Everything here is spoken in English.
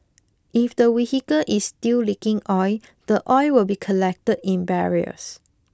if the vehicle is still leaking oil the oil will be collected in barrels